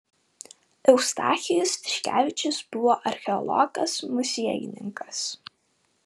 eustachijus tiškevičius buvo archeologas muziejininkas